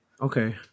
Okay